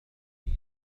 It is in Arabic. بقيت